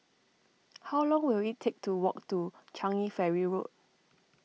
how long will it take to walk to Changi Ferry Road